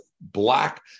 black